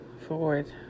forward